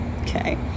okay